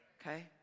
Okay